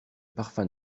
parfum